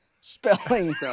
spelling